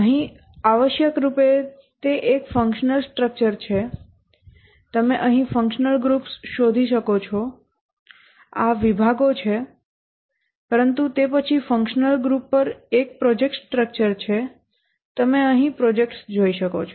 અહીં આવશ્યકરૂપે તે એક ફંક્શનલ સ્ટ્રક્ચર છે તમે અહીં ફંક્શનલ ગ્રુપ્સ શોધી શકો છો આ વિભાગો છે પરંતુ તે પછી ફંક્શનલ ગ્રુપ પર એક પ્રોજેક્ટ સ્ટ્રક્ચર છે તમે અહીં પ્રોજેક્ટ્સ જોઈ શકો છો